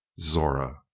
Zora